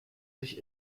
sich